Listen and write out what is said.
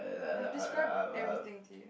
I've described everything to you